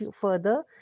further